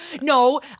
No